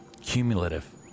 cumulative